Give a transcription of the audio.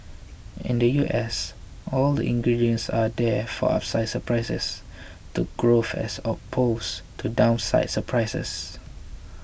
in the U S all the ingredients are there for upside surprises to growth as opposed to downside surprises